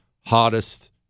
hottest